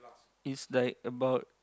is like about